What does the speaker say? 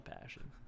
passion